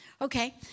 Okay